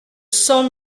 cent